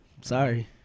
Sorry